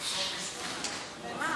חוקה.